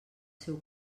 seu